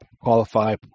qualify